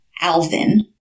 Alvin